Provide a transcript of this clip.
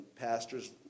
pastor's